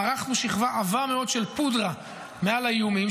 מרחנו שכבה עבה מאוד של פודרה מעל איומים,